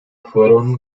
fueron